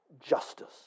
justice